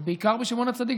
ובעיקר בשמעון הצדיק,